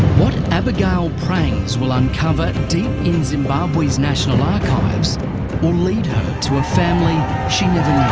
what abigail prangs will uncover deep in zimbabwe's national archives will lead her to a family she never